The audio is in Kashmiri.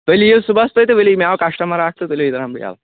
تیٚلہِ ییٖیِو صبحس تُہۍ تہٕ ؤلِو مےٚ آو کسٹمَر اَکھ تہٕ تُلِو یہِ تراوان بہٕ یَلہٕ